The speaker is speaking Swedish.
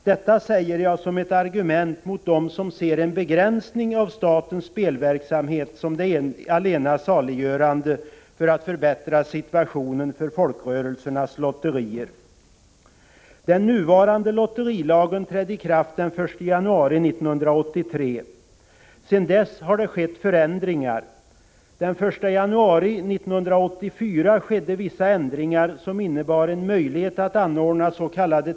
Detta anför jag som ett argument mot dem som ser en begränsning av statens spelverksamhet som det allena saliggörande för att förbättra situationen för folkrörelsernas lotterier. Den nuvarande lotterilagen trädde i kraft den 1 januari 1983. Sedan dess har det skett förändringar. Den 1 januari 1984 gjordes vissa ändringar som innebar en möjlighet att anordnas.k.